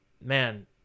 man